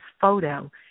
photo